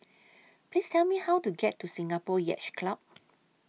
Please Tell Me How to get to Singapore Yacht Club